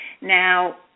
Now